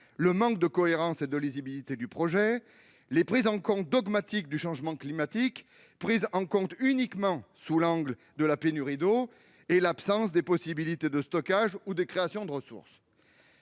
le manque de cohérence et de lisibilité du projet, la vision dogmatique du changement climatique, sous le seul angle de la pénurie d'eau, et l'absence de possibilités de stockage ou de création de ressources.